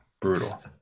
Brutal